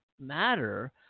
matter